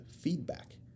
feedback